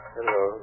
Hello